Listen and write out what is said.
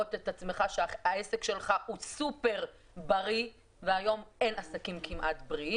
להראות שהעסק שלך הוא סופר בריא והיום אין כמעט עסקים בריאים,